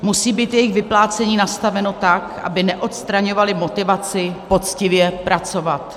Musí být jejich vyplácení nastaveno tak, aby neodstraňovaly motivaci poctivě pracovat.